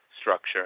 structure